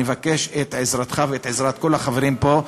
אני מבקש את עזרתך ואת עזרת כל החברים פה.